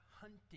hunting